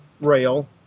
rail